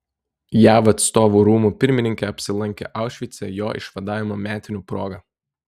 jav atstovų rūmų pirmininkė apsilankė aušvice jo išvadavimo metinių proga